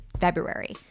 February